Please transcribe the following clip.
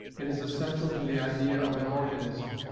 it is essential to the idea of an organism,